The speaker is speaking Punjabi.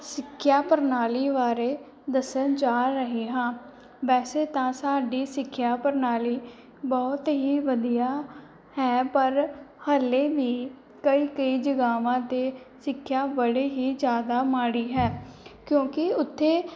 ਸਿੱਖਿਆ ਪ੍ਰਣਾਲੀ ਬਾਰੇ ਦੱਸਣ ਜਾ ਰਹੀ ਹਾਂ ਵੈਸੇ ਤਾਂ ਸਾਡੀ ਸਿੱਖਿਆ ਪ੍ਰਣਾਲੀ ਬਹੁਤ ਹੀ ਵਧੀਆ ਹੈ ਪਰ ਹਾਲੇ ਵੀ ਕਈ ਕਈ ਜਗਾਵਾਂ 'ਤੇ ਸਿੱਖਿਆ ਬੜੇ ਹੀ ਜ਼ਿਆਦਾ ਮਾੜੀ ਹੈ ਕਿਉਂਕਿ ਉੱਥੇ